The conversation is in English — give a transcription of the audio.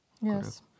Yes